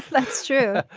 that's true.